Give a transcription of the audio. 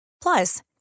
Plus